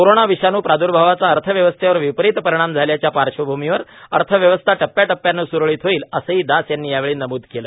corona विषाणू प्राद्भावाचा अर्थव्यवस्थेवर विपरित परिणाम झाल्याच्या पार्श्वभूमीवर अर्थव्यवस्था टप्प्याटप्प्यानं स्रळित होईल असंही दास यांनी यावेळी नमूद केलं